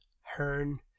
Hearn